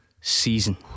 season